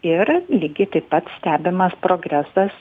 ir lygiai taip pat stebimas progresas